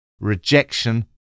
rejection